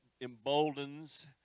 emboldens